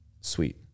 sweet